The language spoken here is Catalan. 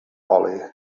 oli